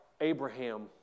Abraham